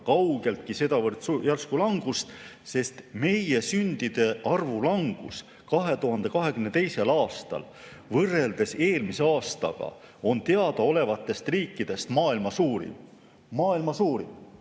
kaugeltki sedavõrd järsku langust, sest meie sündide arvu langus 2022. aastal võrreldes eelmise aastaga on teadaolevate riikide hulgas maailma suurim. Maailma suurim!